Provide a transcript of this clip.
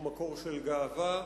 הוא מקור של גאווה.